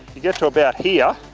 you get to about here,